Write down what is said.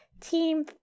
team